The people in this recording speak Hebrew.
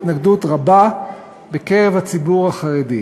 התנגדות רבה בקרב הציבור החרדי,